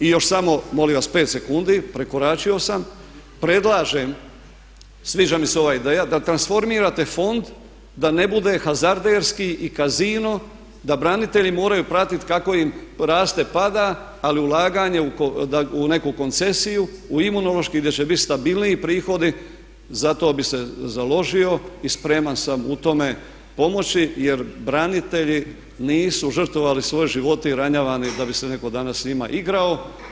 I još samo molim vas 5 sekundi, prekoračio sam, predlažem, sviđa mi se ova ideja da transformirate fond da ne bude hazarderski i kasino, da branitelji moraju pratiti kako im raste, pada ali ulaganje u neko koncesiju u Imunološki, gdje će biti stabilniji prihodi za to bi se založio i spreman sam u tome pomoći jer branitelji nisu žrtvovali svoje živote i ranjavani da bi se netko danas s njima igrao.